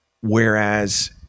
Whereas